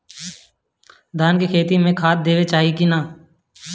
धान के खेती मे खाद देवे के चाही कि ना?